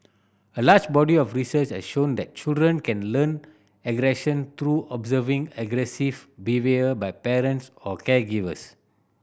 a large body of research has shown that children can learn aggression through observing aggressive behaviour by parents or caregivers